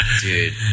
Dude